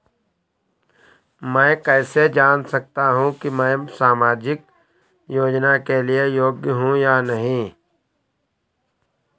मैं कैसे जान सकता हूँ कि मैं सामाजिक योजना के लिए योग्य हूँ या नहीं?